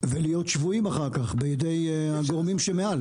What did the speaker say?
ולהיות שבויים אחר כך בידי הגורמים מעל.